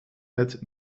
het